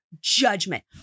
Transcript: judgment